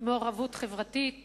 מעורבות חברתית